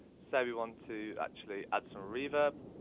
say we want to actually add some reverb.